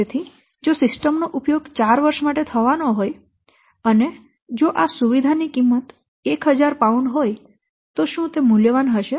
તેથી જો સિસ્ટમ નો ઉપયોગ 4 વર્ષ માટે થવાનો હોય અને જો આ સુવિધા ની કિંમત 1000 પાઉન્ડ હોય તો શું તે મૂલ્યવાન હશે